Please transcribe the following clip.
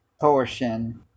portion